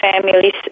families